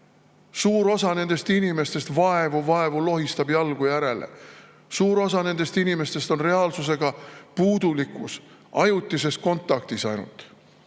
Suur osa nendest inimestest vaevu-vaevu lohistab jalgu järele. Suur osa nendest inimestest on reaalsusega puudulikus, ajutises kontaktis ainult.